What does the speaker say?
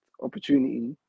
opportunity